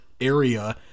area